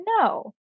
no